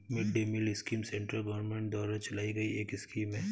mid day meal scheme central government द्वारा चलाई गई एक स्कीम है